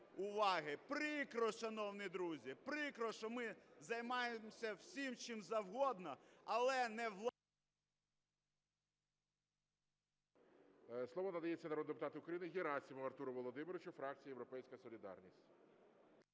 уваги. Прикро, шановні друзі, прикро, що ми займаємося всім чим завгодно, але не…